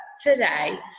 today